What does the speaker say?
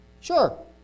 Sure